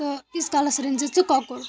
تہٕ ییٖتِس کالَس رٔنۍزِ ژٕ کۄکُر